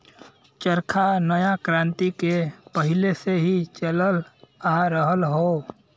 चरखा नया क्रांति के पहिले से ही चलल आ रहल हौ